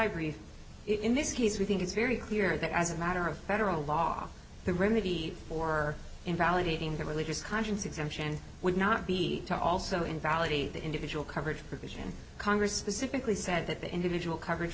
brief in this case we think it's very clear that as a matter of federal law the remedy or invalidating the religious conscience exemption would not be to also invalidate the individual coverage provision and congress specifically said that the individual coverage